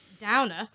downer